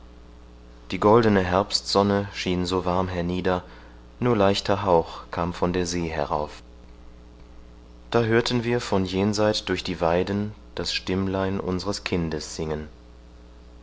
die goldene herbstsonne schien so warm hernieder nur leichter hauch kam von der see herauf da hörten wir von jenseits durch die weiden das stimmlein unseres kindes singen